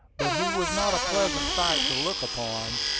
but he was not a pleasant sight to look upon,